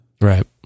Right